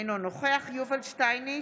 אינו נוכח יובל שטייניץ,